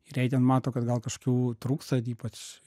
ir jei ten mato kad gal kažkokių trūksta ypač